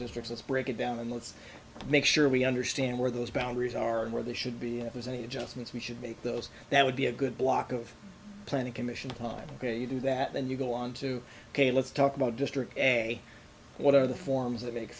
districts let's break it down and let's make sure we understand where those boundaries are and where they should be at was any adjustments we should make those that would be a good block of planning commission time ok you do that and you go on to ok let's talk about district a what are the forms that make